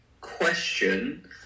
question